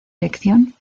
lección